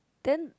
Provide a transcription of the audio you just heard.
then